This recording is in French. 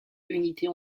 unités